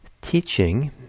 teaching